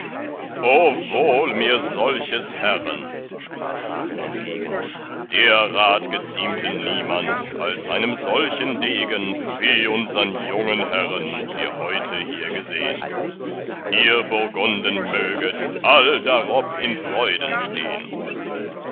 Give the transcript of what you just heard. wohl mir solches herren sprach hagen entgegen der rat geziemte niemand als einem solchen degen wie unsern jungen herren wir heute hier gesehn ihr burgunden möget all darob in freuden stehn